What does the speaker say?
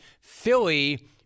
Philly